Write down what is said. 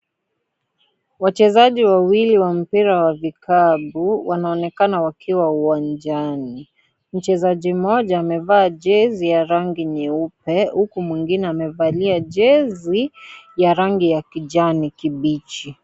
Wachezaji wawili wa mpira ya vikapu wanaonekana wakiwa uwanjani, mchezaji moja amevaa jezi ya rangi nyeupe huku mwingine amevalia jezi ya rangi ya kijani kibichi.